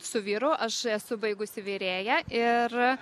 su vyru aš esu baigusi virėja ir